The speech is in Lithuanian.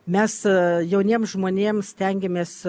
mes jauniems žmonėms stengiamės